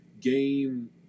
game